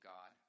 God